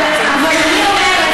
אבל אני אומרת,